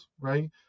right